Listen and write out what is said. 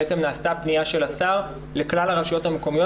בעצם נעשתה פניה של השר לכלל הרשויות המקומיות